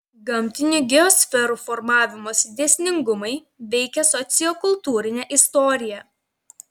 gamtinių geosferų formavimosi dėsningumai veikia sociokultūrinę istoriją